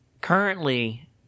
Currently